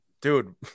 dude